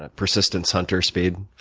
ah persistence hunter speed.